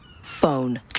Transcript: Phone